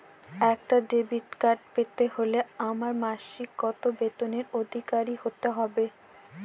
একটা debit card পেতে হলে আমার মাসিক কত বেতনের অধিকারি হতে হবে?